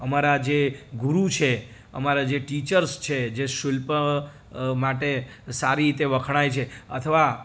અમારા જે ગુરુ છે અમારા જે ટીચર્સ છે જે શિલ્પ માટે સારી રીતે વખણાય છે અથવા